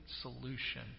solution